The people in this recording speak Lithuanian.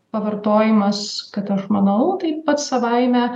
pavartojimas kad aš manau tai pats savaime